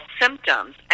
symptoms